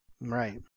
Right